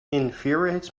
infuriates